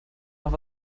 noch